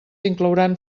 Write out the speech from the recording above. inclouran